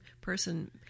person